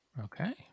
Okay